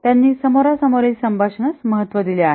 त्यांनी समोरा समोरील संभाषणास महत्व दिले आहे